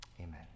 amen